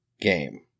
game